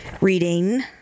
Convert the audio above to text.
reading